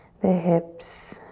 the hips.